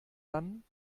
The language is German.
dann